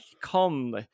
come